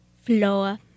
floor